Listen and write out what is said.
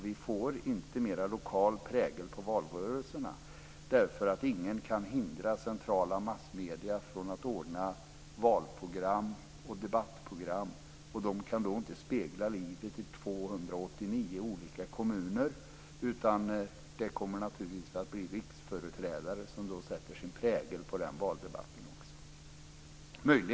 Vi får inte mer lokal prägel på valrörelserna, eftersom ingen kan hindra centrala massmedier från att ordna valprogram och debattprogram. De kan inte spegla livet i 289 olika kommuner. Det kommer naturligtvis att bli riksföreträdare som sätter sin prägel på den valdebatten också.